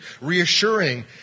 reassuring